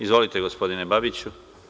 Izvolite, gospodine Babiću.